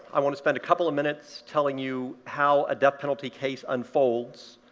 i want to spend a couple of minutes telling you how a death penalty case unfolds,